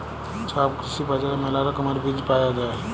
ছব কৃষি বাজারে মেলা রকমের বীজ পায়া যাই